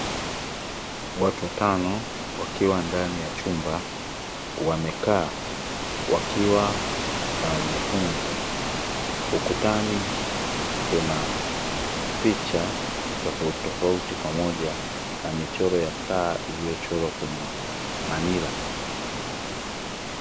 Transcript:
Watu watano wakiwa ndani ya chumba wamekaa wakiwa wanajifunza. Ukutani kuna picha tofautitofauti pamoja na michoro ya saa iliyochorwa kwenye manira.